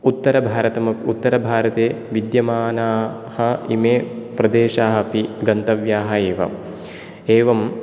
उत्तरभारतं उत्तरभारते विद्यमानाः इमे प्रदेशाः अपि गन्तव्याः एव एवं